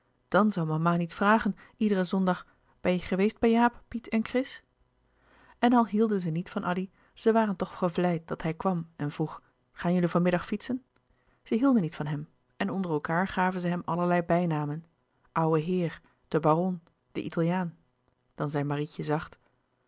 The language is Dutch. dàn zoû mama niet vragen iederen zondag ben je geweest bij jaap piet en chris en al hielden zij niet van addy zij waren toch gevleid dat hij kwam en vroeg gaan jullie van middag fietsen zij hielden niet louis couperus de boeken der kleine zielen van hem en onder elkaâr gaven zij hem allerlei bijnamen ouwe heer de baron de italiaan dan zei marietje zacht